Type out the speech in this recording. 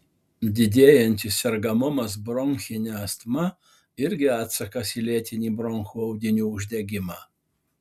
didėjantis sergamumas bronchine astma irgi atsakas į lėtinį bronchų audinių uždegimą